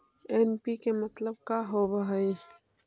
NPK मतलब का होव हइ?